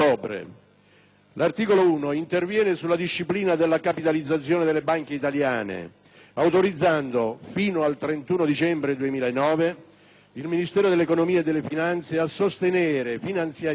L'articolo 1 interviene sulla disciplina della capitalizzazione delle banche italiane, autorizzando - fino al 31 dicembre 2009 - il Ministero dell'economia e delle finanze a sostenere finanziariamente